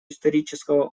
исторического